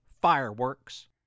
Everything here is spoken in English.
fireworks